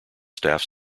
staff